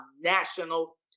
national